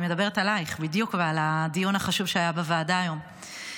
אני מדברת עלייך בדיוק ועל הדיון החשוב שהיה בוועדה היום.